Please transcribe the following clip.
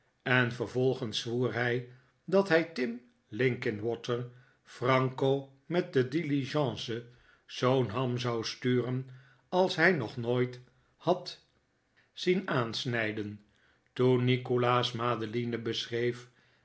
en vervolgens zwoer hij dat hij tim linkinwater franco met de diligence zoo'n ham zou sturen als hij nog nooit had zien aansnijden toen nikolaas madeline beschreef